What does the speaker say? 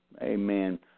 Amen